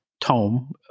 tome